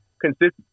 consistent